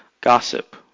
gossip